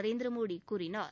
நரேந்திரமோடி கூறினார்